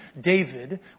David